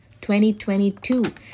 2022